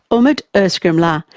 umut ozkirimli,